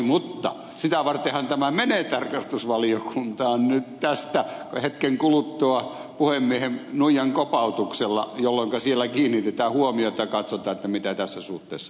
mutta sitä vartenhan tämä menee tarkastusvaliokuntaan nyt tästä hetken kuluttua puhemiehen nuijankopautuksella jolloinka siellä kiinnitetään huomiota ja katsotaan mitä tässä suhteessa